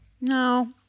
No